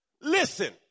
Listen